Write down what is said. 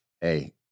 hey